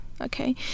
okay